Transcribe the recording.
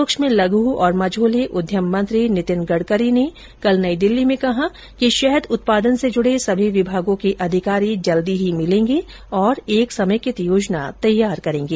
सूक्ष्म लघू और मझोले उद्यम मंत्री नितिन गडकरी ने कल नई दिल्ली में कहा कि शहद उत्पादन से जुड़े सभी विभागों के अधिकारी शीघ्र मिलेंगे और एक समेकित योजना तैयार करेंगे